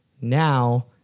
now